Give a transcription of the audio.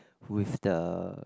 with the